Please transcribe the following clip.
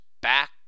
back